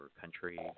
country